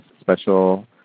special